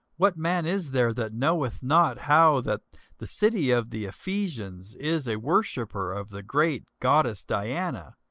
what man is there that knoweth not how that the city of the ephesians is a worshipper of the great goddess diana,